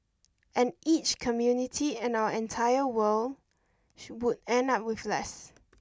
and each community and our entire world would end up with less